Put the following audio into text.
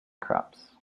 crops